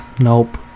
Nope